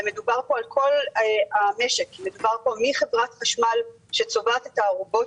ומדובר פה על כל המשק מחברת חשמל שצובעת את הארובות